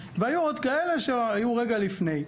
היו עוד כאלה שהיו רגע לפני.